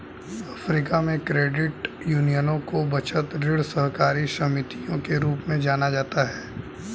Africa में, credit यूनियनों को बचत, ऋण सहकारी समितियों के रूप में जाना जाता है